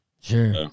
sure